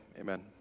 amen